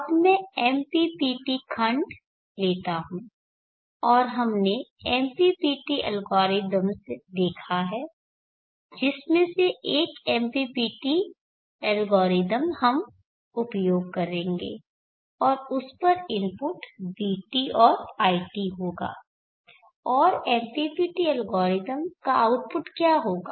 अब मैं MPPT खंड लेता हूँ और हमने MPPT एल्गोरिथम देखा है जिसमें से एक MPPT एल्गोरिथम का हम उपयोग करेंगे और उस पर इनपुट vt और iT होगा और MPPT एल्गोरिथ्म से आउटपुट क्या होगा